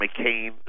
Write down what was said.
McCain